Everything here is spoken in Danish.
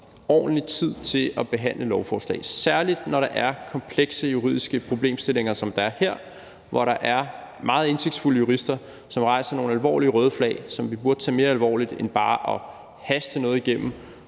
ordentlig tid til at behandle lovforslag, særlig når der er komplekse juridiske problemstillinger, som der er her, hvor der er meget indsigtsfulde jurister, som hejser nogle meget alvorlige røde flag, som vi burde tage mere alvorligt end bare at haste noget igennem